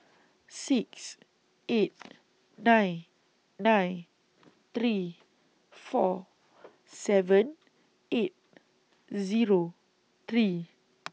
six eight nine nine three four seven eight Zero three